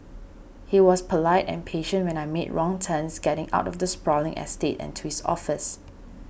he was polite and patient when I made wrong turns getting out of the sprawling estate and to his office